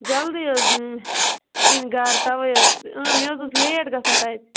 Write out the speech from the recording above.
جلدی حظ یِن گَرٕ توے حظ اۭں مےٚ حظ اوس لیٹ گَژھان تَتہِ